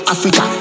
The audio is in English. Africa